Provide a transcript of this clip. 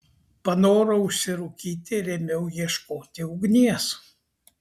panorau užsirūkyti ir ėmiau ieškoti ugnies